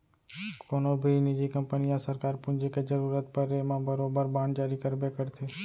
कोनों भी निजी कंपनी या सरकार पूंजी के जरूरत परे म बरोबर बांड जारी करबे करथे